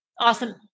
Awesome